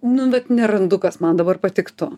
nu bet nerandu kas man dabar patiktų